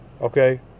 okay